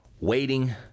waiting